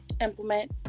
implement